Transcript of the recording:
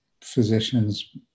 physician's